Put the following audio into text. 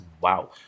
Wow